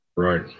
right